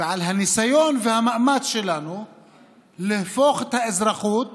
ועל הניסיון והמאמץ שלנו להפוך את האזרחות